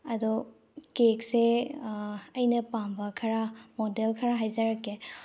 ꯑꯗꯣ ꯀꯦꯛꯁꯦ ꯑꯩꯅ ꯄꯥꯝꯕ ꯈꯔ ꯃꯣꯗꯦꯜ ꯈꯔ ꯍꯥꯏꯖꯔꯛꯀꯦ